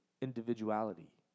individuality